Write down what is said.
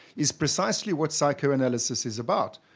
is precisely what psychoanalysis is about,